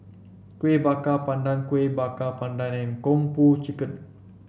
Kueh Bakar Pandan Kueh Bakar Pandan and Kung Po Chicken